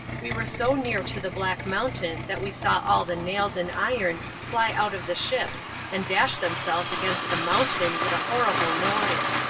we were so near to the black mountain that we saw all the nails and iron fly out of the ships and dash themselves against the mountain with a horrible noise.